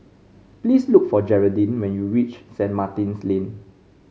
please look for Geraldine when you reach Saint Martin's Lane